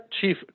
Chief